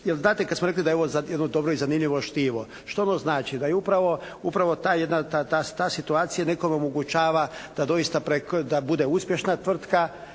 dakle kada smo rekli da je ovo jedno dobro i zanimljivo štivo. Što ono znači? Da je upravo ta jedna, ta situacija nekome omogućava da doista bude uspješna tvrtka,